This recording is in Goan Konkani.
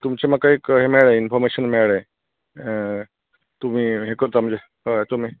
तुमचें म्हाका एक हें मेळें इनफॉरमेशन मेळ्ळें तुमी हे करता म्हणजे हय तुमी